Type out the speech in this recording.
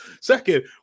Second